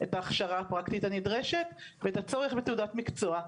את ההכשרה הפרקטית הנדרשת ואת הצורך בתעודת מקצוע.